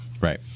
Right